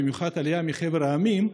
במיוחד העלייה מחבר העמים,